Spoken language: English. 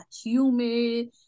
humid